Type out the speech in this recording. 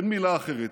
אין מילה אחרת,